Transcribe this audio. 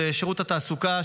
לשירות התעסוקה,